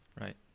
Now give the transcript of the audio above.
right